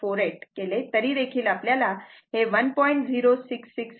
9848 केले तरी देखील आपल्याला 1